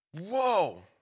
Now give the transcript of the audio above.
Whoa